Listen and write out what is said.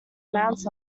amounts